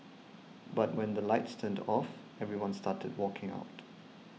but when the lights turned off everyone started walking out